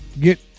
Get